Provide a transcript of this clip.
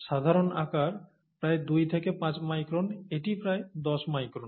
সাধারণ আকার প্রায় 2 থেকে 5 মাইক্রন এটি প্রায় 10 মাইক্রন